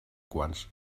quants